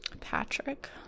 Patrick